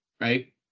right